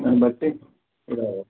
దాని బట్టి ఇక్కడ